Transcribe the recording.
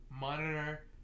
Monitor